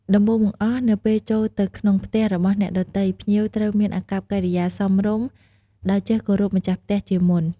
ដំបូងបង្អស់ នៅពេលចូលទៅក្នុងផ្ទះរបស់អ្នកដទៃ ភ្ញៀវត្រូវមានអាកប្បកិរិយាសមរម្យ ដោយចេះគោរពម្ចាស់ផ្ទះជាមុន។